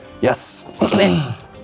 Yes